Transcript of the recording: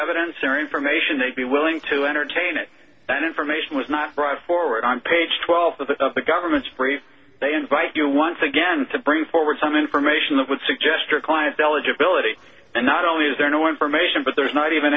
evidence or information they'd be willing to entertain it that information was not brought forward on page twelve of the government's brief they invite you once again to bring forward some information that would suggest your client's eligibility and not only is there no one formation but there is not even